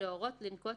להורות לנקוט